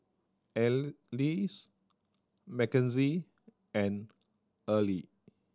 Alys Mackenzie and Earlie